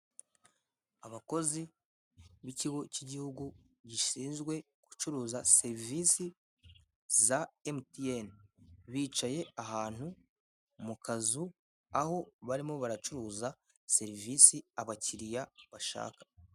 Abakozi b'ikigo cy'igihugu gishinzwe gucuruza serivisi za emutiyene. Bicaye ahantu mu kazu, aho barimo baracuruza serivisi abakiriya bashaka.